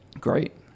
Great